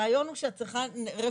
הרעיון שאת רפרנס.